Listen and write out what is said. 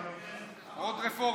עוד רפורמי.